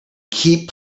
keep